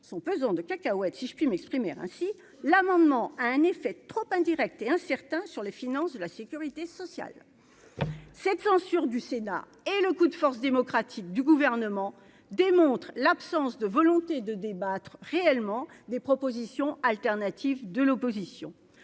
son pesant de cacahuètes si je puis m'exprimer ainsi, l'amendement a un effet trop indirect et incertain sur les finances de la Sécurité sociale, cette censure du Sénat et le coup de force démocratique du gouvernement démontre l'absence de volonté de débattre réellement des propositions alternatives de l'opposition